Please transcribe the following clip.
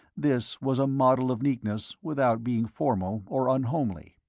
this was a model of neatness without being formal or unhomely.